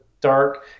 dark